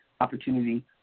opportunity